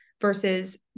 versus